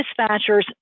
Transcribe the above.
dispatchers